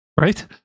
Right